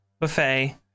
buffet